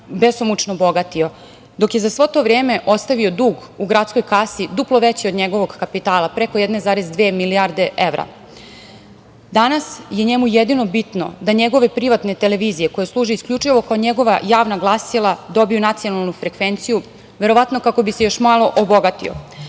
besomučno obogatio. Dok je za se to vreme ostavio dug u gradskoj kasi duplo veći od njegovog kapitala, preko 1,2 milijarde evra, danas je njemu jedino bitno da njegove privatne televizije koje služe isključivo kao njegova javna glasila dobiju nacionalnu frekvenciju, verovatno kako bi se još malo obogatio.Za